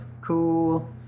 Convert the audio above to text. Cool